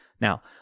Now